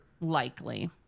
Likely